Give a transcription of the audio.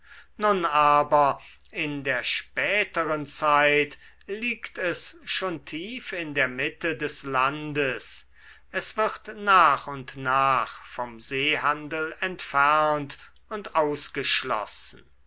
nun aber in der späteren zeit liegt es schon tief in der mitte des landes es wird nach und nach vom seehandel entfernt und ausgeschlossen